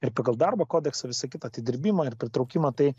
ir pagal darbo kodeksą visą kitą atidirbimą ir pritraukimą tai